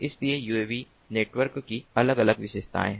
इसलिए UAV network की अलग अलग विशेषताएं हैं